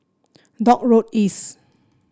Dock Road East